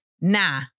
nah